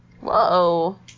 Whoa